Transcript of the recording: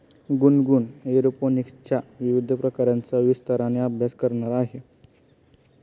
गुनगुन एरोपोनिक्सच्या विविध प्रकारांचा विस्ताराने अभ्यास करणार आहे